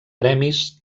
premis